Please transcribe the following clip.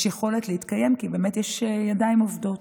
יכולת להתקיים כי באמת יש ידיים עובדות.